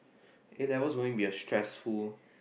A-levels going to be a stressful